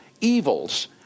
evils